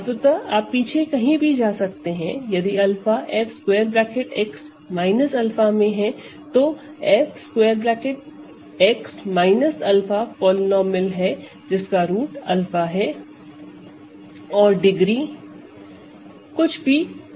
वस्तुतः आप पीछे कहीं भी जा सकते हैं यदि 𝛂 Fx 𝛂 में हैं तो Fx 𝛂 पॉलीनोमिअल है जिसका रूट 𝛂 है और डिग्री कुछ भी कम नहीं हो सकती